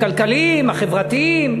הכלכליים, החברתיים,